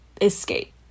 escape